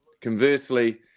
conversely